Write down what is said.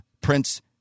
Prince